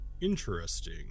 interesting